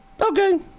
Okay